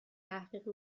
تحقیق